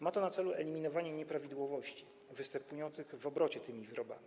Ma to na celu eliminowanie nieprawidłowości występujących w obrocie tymi wyrobami.